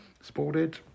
Sported